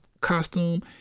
costume